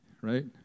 right